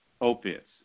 opiates